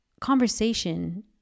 conversation